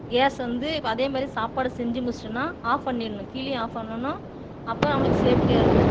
case வந்து அதேமாதிரி சாப்பாடு செஞ்சு முடிச்சுட்டோம்னா ஆஃப் பண்ணிடணும் கீழேயும் ஆஃப் பண்ணணும் அப்போ நமக்கு சேஃப்ட்டியாக இருக்கும்